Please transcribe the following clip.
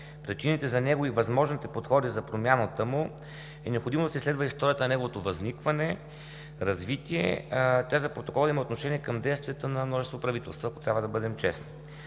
причините за него и възможните подходи за промяната му, е необходимо да се изследва историята на неговото възникване, развитие. Това за протокола има отношение към действията на множество правителства, ако трябва да бъдем честни.